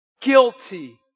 guilty